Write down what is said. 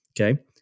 Okay